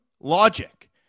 logic